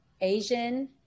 Asian